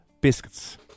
biscuits